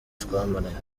twamaranye